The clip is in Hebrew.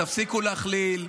תפסיקו להכליל,